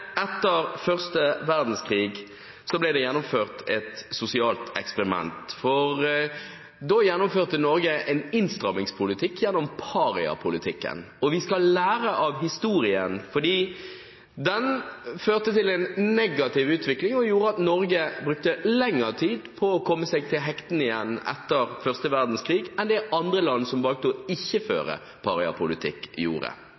etter første verdenskrig ble det gjennomført et sosialt eksperiment. Da gjennomførte Norge en innstrammingspolitikk gjennom paripolitikken. Vi skal lære av historien. Den førte til en negativ utvikling og gjorde at Norge brukte lengre tid på å komme seg til hektene igjen etter første verdenskrig enn det land som ikke valgte ikke å føre paripolitikk, gjorde.